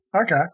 Okay